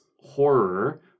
horror